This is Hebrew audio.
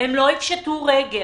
הם לא יפשטו רגל.